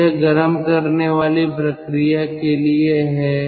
तो यह गर्म करने वाली प्रक्रिया के लिए है